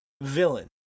villain